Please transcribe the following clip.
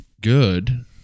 good